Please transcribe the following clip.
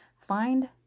Find